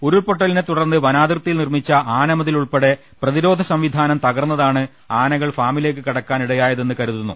ഉരുൾപൊട്ട്ലിനെ തുടർന്ന് വനാ തിർത്തിയിൽ നിർമിച്ച ആനമതിൽ ഉൽപ്പെടെ പ്രതിരോധ സംവിധാനം തകർന്നതാണ് ആനകൾ ഫാമിലേക്ക് കടക്കാൻ ഇടയായതെന്ന് കരു തുന്നു